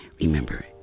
remember